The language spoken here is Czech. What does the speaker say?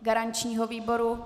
Garančního výboru?